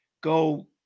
go